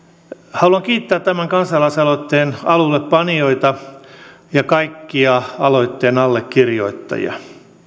haluan kiittää tämän kansalaisaloitteen alullepanijoita ja kaikkia aloitteen allekirjoittajia